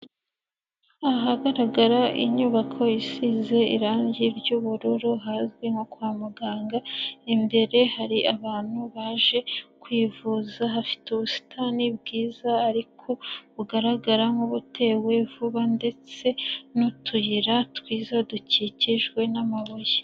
Ahagaragara inyubako isize irangi ry'ubururu hazwi nko kwa muganga, imbere hari abantu baje kwivuza, hafite ubusitani bwiza ariko bugaragara nk'ubutewe vuba ndetse n'utuyira twiza dukikijwe n'amabuye.